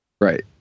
Right